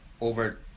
over